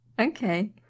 Okay